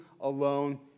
alone